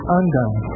undone